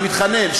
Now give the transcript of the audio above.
אני מתחנן,